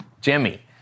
Jimmy